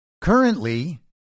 Currently